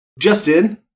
Justin